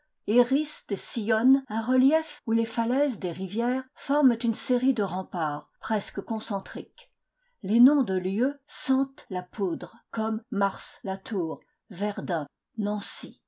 et sillonnent un relief où les falaises des rivières forment une série de remparts presque concentriques les noms de lieux sentent la poudre comme mars la tour verdun nancy